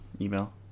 email